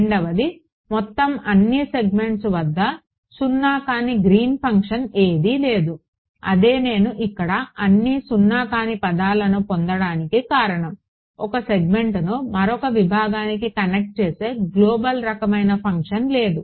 రెండవది మొత్తం అన్ని సెగ్మెంట్స్ వద్ద సున్నా కాని గ్రీన్ ఫంక్షన్ ఏదీ లేదు అదే నేను ఇక్కడ అన్ని సున్నా కాని పదాలను పొందటానికి కారణం 1 సెగ్మెంట్ను మరొక విభాగానికి కనెక్ట్ చేసే గ్లోబల్ రకమైన ఫంక్షన్ లేదు